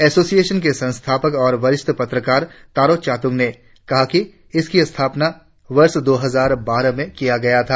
association के संस्थापक और वरिष्ठ पत्रकार तारो चातुम ने कहा इसकी स्थापना वर्ष दो हजार बारह में किया गया था